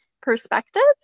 perspectives